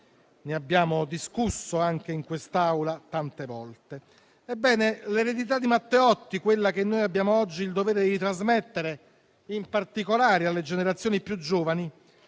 Ne abbiamo discusso anche in quest'Aula tante volte. Ebbene, l'eredità di Matteotti, quella che noi abbiamo oggi il dovere di trasmettere, in particolare alle generazioni più giovani,